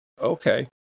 Okay